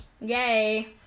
Yay